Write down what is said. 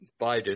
Biden